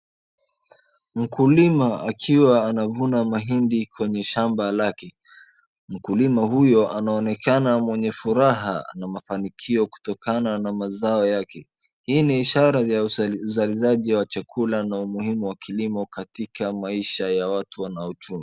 Mkulima akiwa anavuna mahindi kwenye shamba lake. Mkulima huyo anaonekana mwenye furaha na mafanikio kutokana na mazao yake. Hii ni ishara ya uzalishaji wa chakula na umuhimu wa kilimo katika maisha ya watu wanaochuna.